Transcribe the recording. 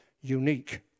Unique